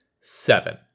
seven